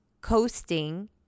coasting